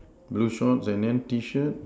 blue shorts and then T shirt